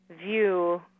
view